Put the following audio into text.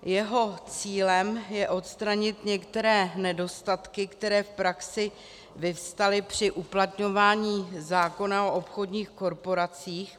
Jeho cílem je odstranit některé nedostatky, které v praxi vyvstaly při uplatňování zákona o obchodních korporacích.